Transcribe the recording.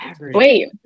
Wait